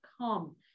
come